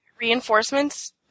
reinforcements